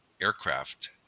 aircraft